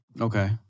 Okay